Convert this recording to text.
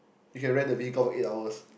you can read the vehicle for eight hours